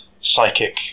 psychic